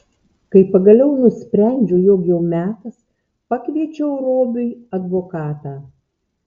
kai pagaliau nusprendžiau jog jau metas pakviečiau robiui advokatą